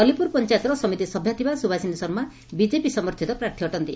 ଅଲିପୁର ପଂଚାୟତର ସମିତି ସଭ୍ୟା ଥିବା ସୁବାସିନୀ ଶର୍ମା ବିଜେପି ସମର୍ଥିତ ପ୍ରାର୍ଥୀ ଅଟନ୍ତି